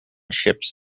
ships